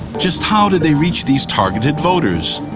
just how did they reach these targeted voters?